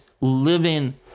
living